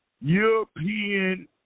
European